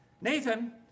nathan